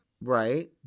right